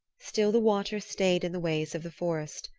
still the watcher stayed in the ways of the forest,